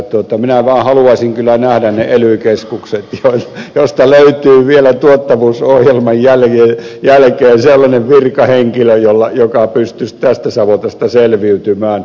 minä vaan haluaisin kyllä nähdä ne ely keskukset joista löytyy vielä tuottavuusohjelman jälkeen sellainen virkahenkilö joka pystyisi tästä savotasta selviytymään